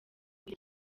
bise